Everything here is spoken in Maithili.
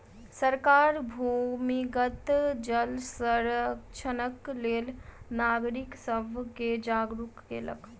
सरकार भूमिगत जल संरक्षणक लेल नागरिक सब के जागरूक केलक